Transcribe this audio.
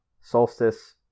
Solstice